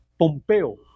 Pompeo